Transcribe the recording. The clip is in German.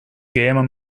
gamer